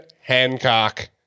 Hancock